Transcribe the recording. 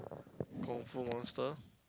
kung-fu master